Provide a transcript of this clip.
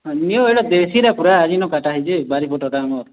ନିଅ ଏଇଟା ଦେଶୀଟା ପୁରା ଆଜି ନ କଟା ହେଇଛେ ବାରି ପଟର୍ଟା ଆମର୍